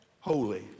holy